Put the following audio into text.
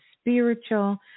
spiritual